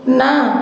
ନା